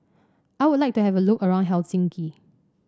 I would like to have a look around Helsinki